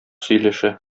сөйләшә